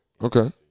Okay